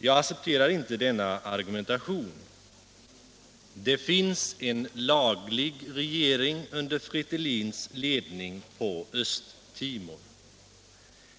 Jag accepterar inte denna argumentation. Det finns en laglig regering under Fretilins ledning på Östtimor.